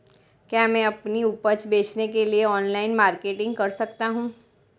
क्या मैं अपनी उपज बेचने के लिए ऑनलाइन मार्केटिंग कर सकता हूँ?